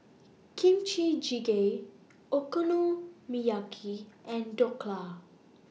Kimchi Jjigae Okonomiyaki and Dhokla